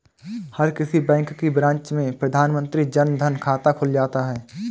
हर किसी बैंक की ब्रांच में प्रधानमंत्री जन धन खाता खुल जाता है